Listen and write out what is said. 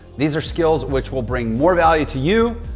these are skills which will bring more value to you,